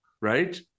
right